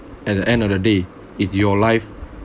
at the end of the day it's your life